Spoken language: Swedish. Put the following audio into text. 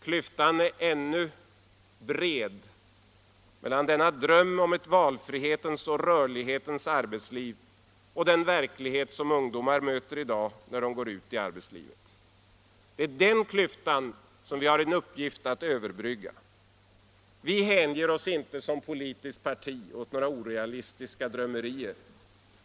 Klyftan är ännu bred mellan denna dröm om ett valfrihetens och rörlighetens arbetsliv och den verklighet som ungdomar möter i dag, när de går ut i arbetslivet. Det är den klyftan som vi har till uppgift att överbrygga. Vi hänger oss inte som politiskt parti åt några orealistiska drömmerier.